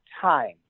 time